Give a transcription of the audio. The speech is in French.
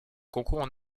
concours